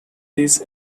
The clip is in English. this